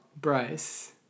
Bryce